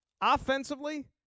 offensively